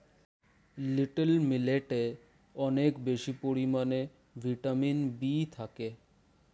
little মিলেটে অনেক বেশি পরিমাণে ভিটামিন বি থাকে